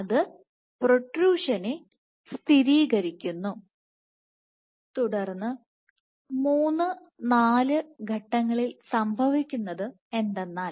അത് പ്രോട്രൂഷനെ സ്ഥിരീകരിക്കുന്ന്നു തുടർന്ന് 3 4 ഘട്ടങ്ങളിൽ സംഭവിക്കുന്നത് എന്തെന്നാൽ